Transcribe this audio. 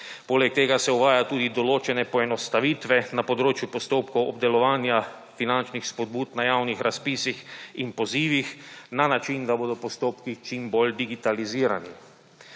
Poleg tega se uvaja tudi določene poenostavitve na področju postopkov obdelovanja finančnih spodbud na javnih razpisih in pozivih na način, da bodo postopki čim bolj digitalizirani.